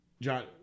John